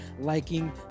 liking